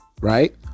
right